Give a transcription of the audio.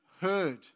heard